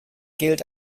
gilt